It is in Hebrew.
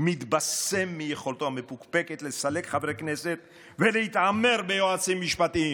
מתבשם מיכולתו המפוקפקת לסלק חברי כנסת ולהתעמר ביועצים משפטיים